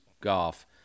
golf